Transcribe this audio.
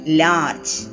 large